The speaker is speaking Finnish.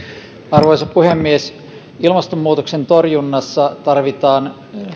arvoisa puhemies ilmastonmuutoksen torjunnassa tarvitaan